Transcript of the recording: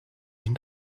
and